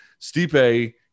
Stipe